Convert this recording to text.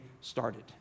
started